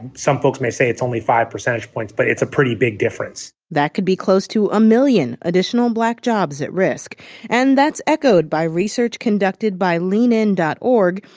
some folks may say it's only five percentage points, but that's a pretty big difference. that could be close to a million additional black jobs at risk and that's echoed by research conducted by leanin dot org,